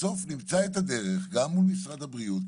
בסוף נמצא את הדרך גם מול משרד הבריאות,